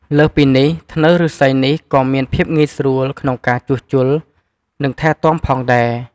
លើសពីនេះ ធ្នើរឬស្សីនេះក៏មានភាពងាយស្រួលក្នុងការជួសជុល និងថែទាំផងដែរ។